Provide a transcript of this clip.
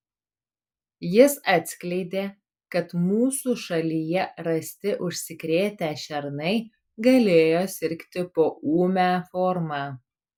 jis atskleidė kad mūsų šalyje rasti užsikrėtę šernai galėjo sirgti poūme forma